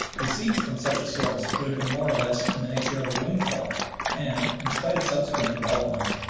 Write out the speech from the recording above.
receipts from such a source would have been more or less in the nature of a windfall and, in spite of subsequent developments,